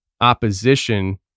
opposition